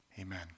Amen